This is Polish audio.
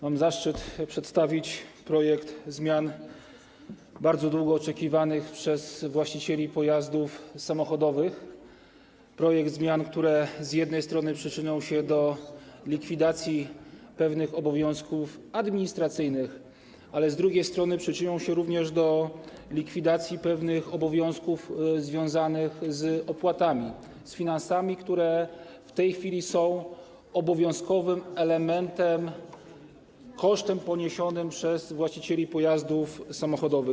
Mam zaszczyt przedstawić projekt zmian bardzo długo oczekiwanych przez właścicieli pojazdów samochodowych, projekt zmian, które z jednej strony przyczynią się do likwidacji pewnych obowiązków administracyjnych, ale z drugiej strony przyczynią się również do likwidacji pewnych obowiązków związanych z opłatami, z finansami, które w tej chwili są obowiązkowym elementem, kosztem poniesionym przez właścicieli pojazdów samochodowych.